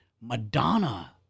Madonna